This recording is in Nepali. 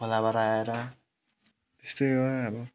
खोलाबाट आएर त्यस्तै हो अब